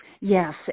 Yes